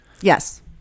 yes